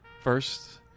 First